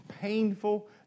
painful